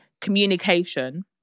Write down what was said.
Communication